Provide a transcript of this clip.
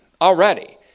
already